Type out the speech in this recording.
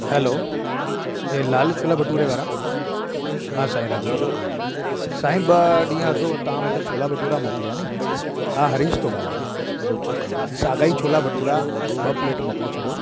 hello ही लाल छोला भटूरे वारा हा साईं रामु रामु साईं ॿ ॾींहं अॻु तव्हां मूंखे छोला भटूरा मोकिलिया नी हा हरीश थो ॻाल्हाया हा साॻाई छोला भटूरा ॿ प्लेट मोकिले छॾियो